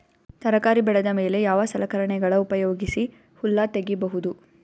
ತರಕಾರಿ ಬೆಳದ ಮೇಲೆ ಯಾವ ಸಲಕರಣೆಗಳ ಉಪಯೋಗಿಸಿ ಹುಲ್ಲ ತಗಿಬಹುದು?